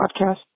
podcast